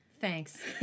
Thanks